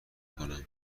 کنم